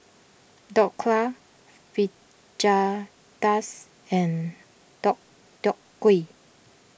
Dhokla Fajitas and Deodeok Gui